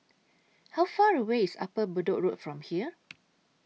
How Far away IS Upper Bedok Road from here